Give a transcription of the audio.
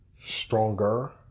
stronger